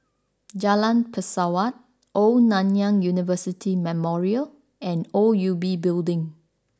Jalan Pesawat Old Nanyang University Memorial and O U B Building